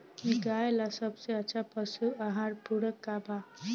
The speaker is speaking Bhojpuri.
गाय ला सबसे अच्छा पशु आहार पूरक का बा?